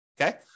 Okay